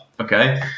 Okay